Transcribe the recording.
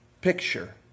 picture